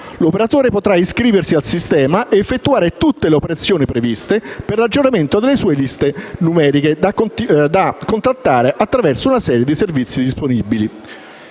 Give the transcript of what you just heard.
L'operatore potrà iscriversi al sistema ed effettuare tutte le operazioni previste per l'aggiornamento delle sue liste numeriche, da contattare attraverso una serie di servizi disponibili.